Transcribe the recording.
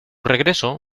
regreso